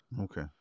Okay